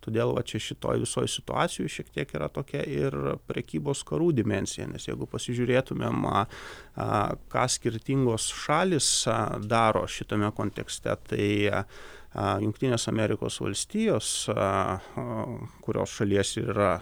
todėl va čia šitoj visoj situacijoj šiek tiek yra tokia ir prekybos karų dimensijomis jeigu pasižiūrėtumėm ką skirtingos šalys ką daro šitame kontekste tai jungtinės amerikos valstijos kurios šalies ir yra